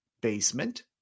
basement